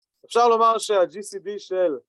אפשר לומר שה-GCD של